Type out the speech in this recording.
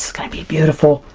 gonna be beautiful!